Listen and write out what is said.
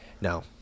No